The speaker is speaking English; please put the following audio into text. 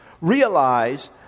realize